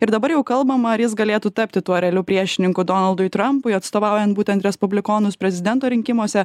ir dabar jau kalbama ar jis galėtų tapti tuo realiu priešininku donaldui trampui atstovaujant būtent respublikonus prezidento rinkimuose